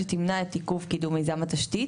שתמנע את עיכוב קידום מיזם התשתית.